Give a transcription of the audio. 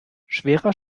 schwerer